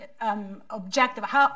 objective